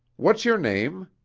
what's your name?